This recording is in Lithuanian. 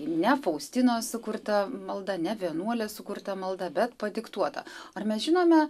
ne faustinos sukurta malda ne vienuolės sukurta malda bet padiktuota ar mes žinome